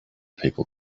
people